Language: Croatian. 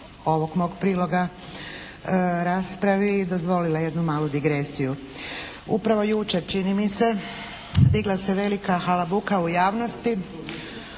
ovog mog priloga raspravi dozvolila jednu malu digresiju. Upravo jučer čini mi se digla se velika halabuka u javnosti